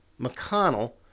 McConnell